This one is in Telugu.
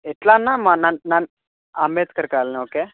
ఎట్లా అన్నా మన అంబేద్కర్ కాలనా ఓకే